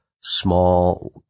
small